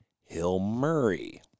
Hill-Murray